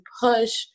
push